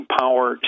power